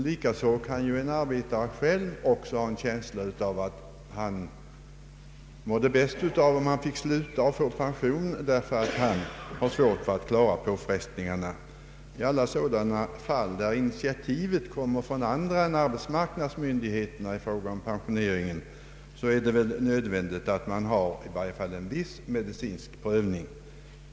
Likaså kan ju en arbetare själv också ha en känsla av att han mådde bäst av om han fick sluta och erhöll pension därför att han har svårt att klara påfrestningarna. I alla sådana fall där initiativet till förtidspensionering kommer från andra än arbetsmarknadsmyndigheterna är det väl nödvändigt att man har i varje fall en viss medicinsk prövning.